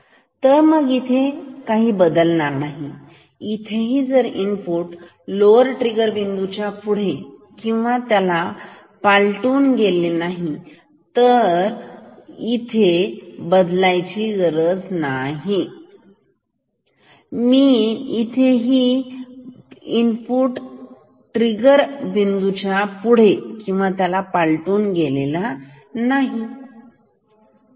तरहे इथे बदलणार नाही इथेही जर इनपुट लोवर ट्रिगर बिंदूच्या पुढे किंवा त्याला पालटून गेलानाही इथे नाही